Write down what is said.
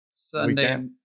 Sunday